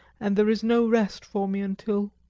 and there is no rest for me until.